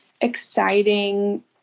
exciting